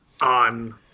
on